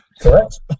Correct